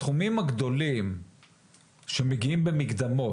הסכומים הגדולים שמגיעים במקדמות,